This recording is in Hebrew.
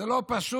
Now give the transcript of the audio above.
זה לא פשוט.